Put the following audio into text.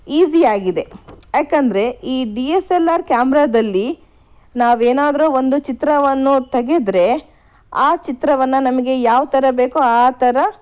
easy ಆಗಿದೆ ಯಾಕೆಂದರೆ ಈ ಡಿ ಎಸ್ ಎಲ್ ಆರ್ ಕ್ಯಾಮ್ರಾದಲ್ಲಿ ನಾವೇನಾದರೂ ಒಂದು ಚಿತ್ರವನ್ನು ತೆಗೆದರೆ ಆ ಚಿತ್ರವನ್ನು ನಮಗೆ ಯಾವ ಥರ ಬೇಕು ಆ ಥರ